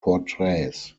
portraits